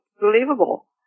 believable